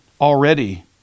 already